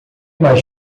mais